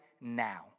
now